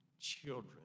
children